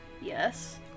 Yes